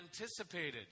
anticipated